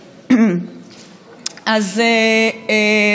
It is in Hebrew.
גברתי שרת המשפטים,